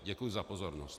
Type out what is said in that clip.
Děkuji za pozornost.